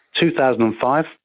2005